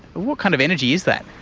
what kind of energy is that?